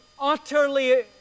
utterly